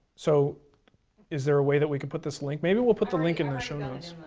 so is there a way that we can put this link, maybe we'll put the link in the show notes.